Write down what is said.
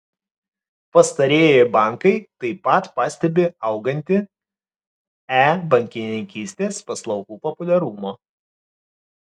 pastarieji bankai taip pat pastebi augantį e bankininkystės paslaugų populiarumą